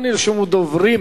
לא נרשמו דוברים